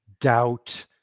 doubt